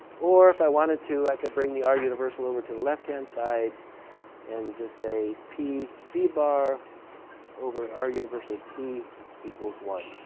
or if i wanted to, i could bring the r universal over to the left-hand side and just say p v bar over r universal t equals one.